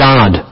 God